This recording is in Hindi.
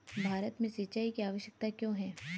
भारत में सिंचाई की आवश्यकता क्यों है?